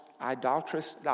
idolatrous